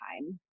time